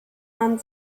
man